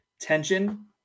tension